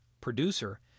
producer